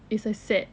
it's a set